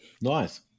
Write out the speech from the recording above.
nice